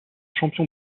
champion